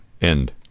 end